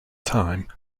time